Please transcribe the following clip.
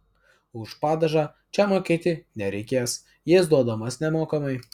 už padažą čia mokėti nereikės jis duodamas nemokamai